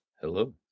Hello